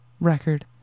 record